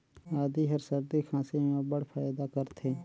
आदी हर सरदी खांसी में अब्बड़ फएदा करथे